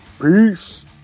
Peace